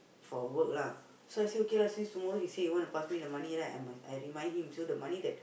for work lah so I say okay lah since tomorrow he say he want to pass me the money right I m~ I remind him so the money that